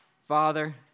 Father